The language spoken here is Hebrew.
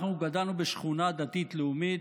אנחנו גדלנו בשכונה דתית-לאומית,